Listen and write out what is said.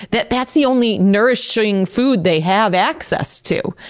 that that's the only nourishing food they have access to.